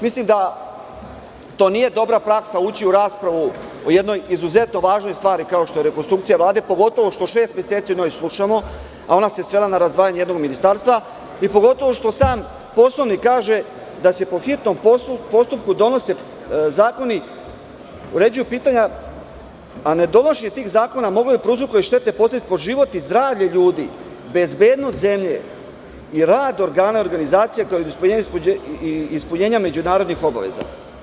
Mislim da to nije dobra praksa, ući u raspravu o jednoj izuzetno važnoj stvari, kao što je rekonstrukcija Vlade, pogotovo što šest meseci o njoj slušamo, a ona se svela na razdvajanje jednog ministarstva i pogotovo što sam Poslovnik kaže da se po hitnom postupku donose zakoni, uređuju pitanja, a nedonošenje tih zakona moglo je da prouzrokuje štetne posledice po život i zdravlje ljudi, bezbednost zemlje i rad organa i organizacija, kao i ispunjenje međunarodnih obaveza.